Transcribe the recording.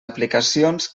aplicacions